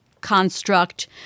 construct